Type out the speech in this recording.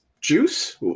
Juice